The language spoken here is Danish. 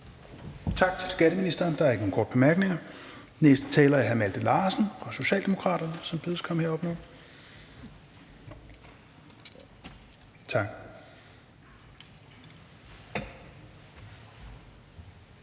Tak til skatteministeren. Der er ikke nogen korte bemærkninger. Den næste taler er hr. Malte Larsen fra Socialdemokraterne, som bedes komme herop nu. Kl.